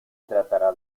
tratará